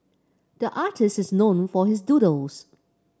the artist is known for his doodles